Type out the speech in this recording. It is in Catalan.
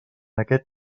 aquest